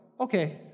okay